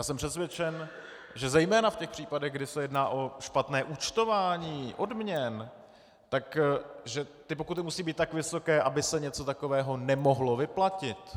Jsem přesvědčen, že zejména v těch případech, kdy se jedná o špatné účtování odměn, ty pokuty musí být tak vysoké, aby se něco takového nemohlo vyplatit.